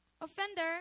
Offender